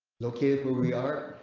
locate where we are.